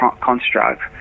construct